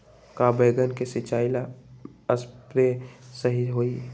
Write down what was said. का बैगन के सिचाई ला सप्रे सही होई?